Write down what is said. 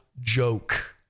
joke